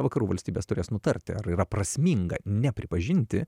vakarų valstybės turės nutarti ar yra prasminga nepripažinti